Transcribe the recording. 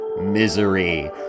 Misery